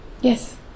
Yes